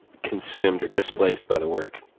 consumed or displaced by the work.